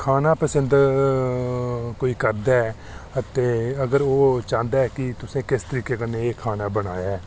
ते खाना पसंद तोई करदा ऐ अते अगर ओह् चांह्दा कि तुसें किस तरीके कन्नै खाना बनाया ऐ